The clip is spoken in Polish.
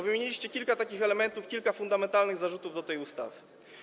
Wymieniliście kilka takich elementów, kilka fundamentalnych zarzutów dotyczących tej ustawy.